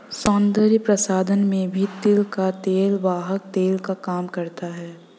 सौन्दर्य प्रसाधन में भी तिल का तेल वाहक तेल का काम करता है